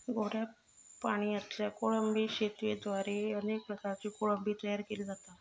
गोड्या पाणयातल्या कोळंबी शेतयेद्वारे अनेक प्रकारची कोळंबी तयार केली जाता